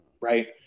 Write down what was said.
right